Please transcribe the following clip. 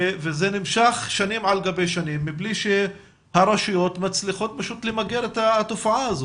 וזה נמשך שנים על גבי שנים מבלי שהרשויות מצליחות למגר את התופעה הזו.